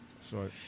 Sorry